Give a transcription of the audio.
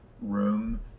room